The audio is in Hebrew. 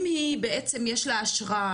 אם היא בעצם יש לה אשרה,